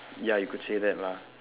ya you could say that lah